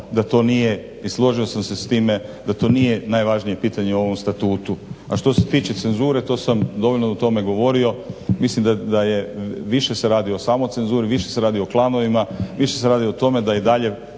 da to nije i složio sam se s time da to nije najvažnije pitanje u ovom statutu. A što se tiče cenzura to sam dovoljno o tome govorio, mislim da više se radi o samocenzuri, više se radi o klanovima, više se radi o tome da i dalje